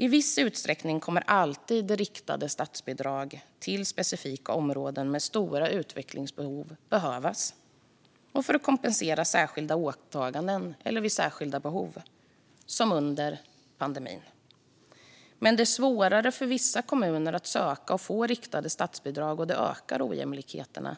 I viss utsträckning kommer riktade statsbidrag alltid att behövas till specifika områden med stora utvecklingsbehov, för att kompensera särskilda åtaganden eller vid särskilda behov som under pandemin. Men det är svårare för vissa kommuner att söka och få riktade statsbidrag, och det ökar ojämlikheterna.